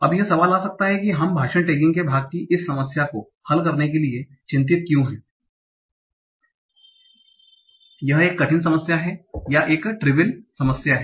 अब यह सवाल आ सकता है कि हम भाषण टैगिंग के भाग की इस समस्या को हल करने के लिए चिंतित क्यू हैं यह एक कठिन समस्या है या एक ट्रीवियल समस्या है